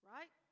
Right